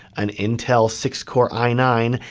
an intel six core i nine,